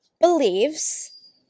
believes